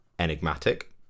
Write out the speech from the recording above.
Enigmatic